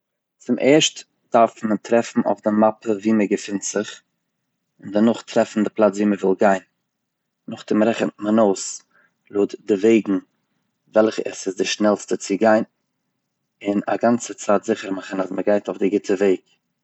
צום ערשט דארף מען טרעפן אויף די מאפע ווי מען געפינט זיך און דערנאך טרעפן די פלאץ ווי מען וויל גיין, נאכדעם רעכנט מען אויס לויט די וועגן וועלכע עס איז די שנעלסטע צו גיין און א גאנצע צייט זיכער מאכן אז מען גייט אויף די גוטע וועג.